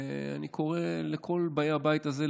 ואני קורא לכל באי הבית הזה,